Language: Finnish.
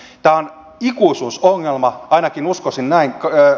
tämä on ikuisuusongelma ainakin uskoisin näin